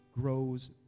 grows